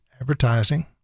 advertising